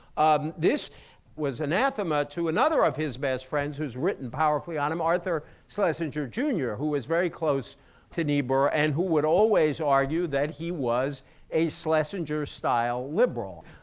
um this was anathema to another of his best friends who's written powerfully on him, arthur schlesinger jr, who was very close to niebuhr and who would always argue that he was a schlesinger-style liberal.